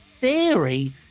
Theory